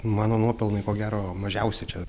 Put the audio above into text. mano nuopelnai ko gero mažiausiai čia